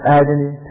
agony